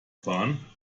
fahren